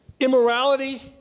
Immorality